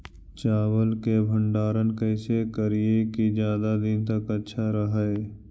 चावल के भंडारण कैसे करिये की ज्यादा दीन तक अच्छा रहै?